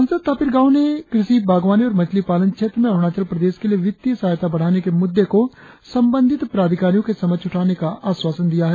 सांसद तापिर गाव ने कृषि बाग़वानी और मछली पालन क्षेत्र में अरुणाचल प्रदेश के लिए वित्तीय सहायता बढ़ाने के मुद्दे को संबंधित प्राधिकारियों के समक्ष उठाने के आश्वासन दिया है